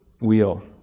wheel